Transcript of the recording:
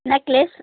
necklace